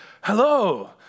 hello